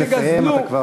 תחשבו קצת,